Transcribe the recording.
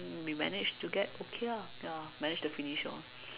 we managed to get okay ah ya managed to finish lor